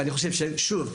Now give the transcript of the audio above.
שוב,